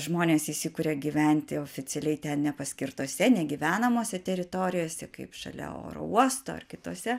žmonės įsikuria gyventi oficialiai ten nepaskirtose negyvenamose teritorijose kaip šalia oro uosto ar kitose